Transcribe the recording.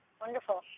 Wonderful